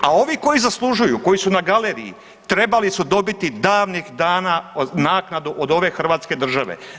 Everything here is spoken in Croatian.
A ovi koji zaslužuju koji su na galeriji trebali su dobiti davnih dana naknadu od ove hrvatske države.